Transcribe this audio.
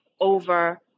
over